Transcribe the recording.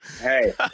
Hey